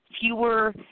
fewer